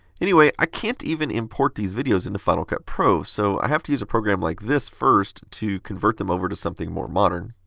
anyway, i can't even import these videos into final cut pro, so i have to use a program like this first to convert them over to something more modern.